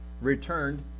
returned